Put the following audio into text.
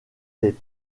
des